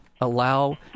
allow